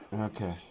Okay